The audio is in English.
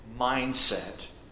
mindset